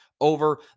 Over